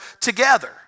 together